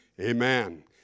Amen